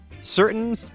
certain